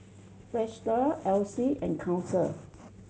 Vesta Essie and Council